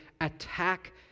attack